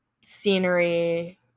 scenery